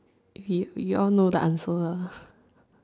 we we all know the answer ah